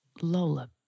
Lola